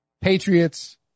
Patriots